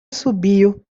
assobio